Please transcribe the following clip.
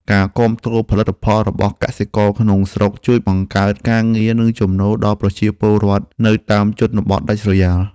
ការគាំទ្រផលិតផលរបស់កសិករក្នុងស្រុកជួយបង្កើតការងារនិងចំណូលដល់ប្រជាពលរដ្ឋនៅតាមជនបទដាច់ស្រយាល។